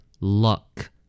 Luck